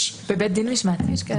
בבית דין משמעתי יש כאלה מקרים.